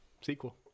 Sequel